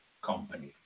company